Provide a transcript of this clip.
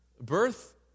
birth